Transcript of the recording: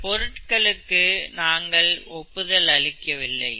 இந்த பொருட்களுக்கு நாங்கள் ஒப்புதல் அளிக்கவில்லை